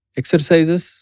exercises